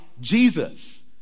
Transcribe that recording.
Jesus